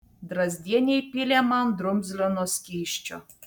drazdienė įpylė man drumzlino skysčio